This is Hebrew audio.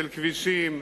של כבישים,